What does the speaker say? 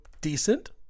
decent